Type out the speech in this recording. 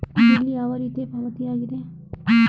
Bill ಯಾವ ರೀತಿಯ ಪಾವತಿಯಾಗಿದೆ?